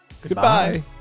Goodbye